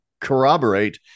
corroborate